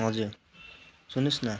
हजुर सुन्नुहोस् न